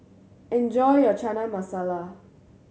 enjoy your Chana Masala